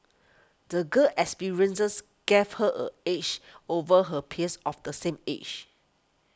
the girl's experiences gave her a edge over her peers of the same age